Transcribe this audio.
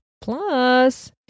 Plus